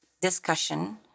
discussion